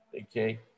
okay